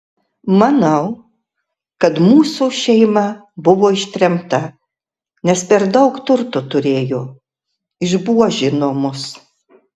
manau kad mūsų šeima buvo ištremta nes per daug turto turėjo išbuožino mus